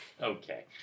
Okay